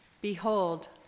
Behold